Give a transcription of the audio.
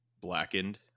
Blackened